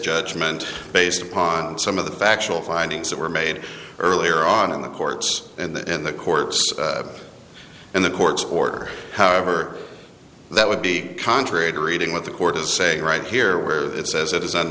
judgment based upon some of the factual findings that were made earlier on in the courts and the court and the court's order however that would be contrary to reading what the court is saying right here where it says it is